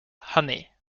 honey